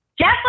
Jeff